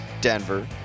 Denver